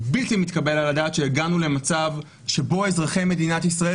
בלתי מתקבל על הדעת שהגענו למצב שבו אזרחי מדינת ישראל